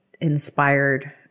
inspired